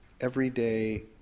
everyday